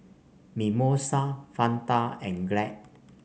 Mimosa Fanta and Glad